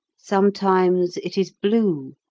sometimes it is blue,